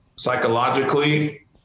psychologically